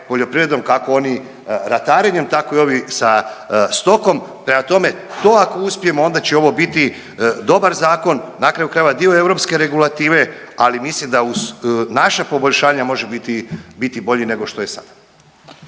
poljoprivredom kako oni ratarenjem, tako i ovi sa stokom. Prema tome, to ako uspijemo onda će ovo biti dobar zakon. Na kraju krajeva dio europske regulative, ali mislim da uz naša poboljšanja može biti bolji nego što je sada.